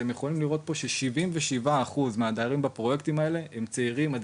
אתם יכולים לראות פה ש-77% מהדיירים בפרויקטים האלה הם צעירים עד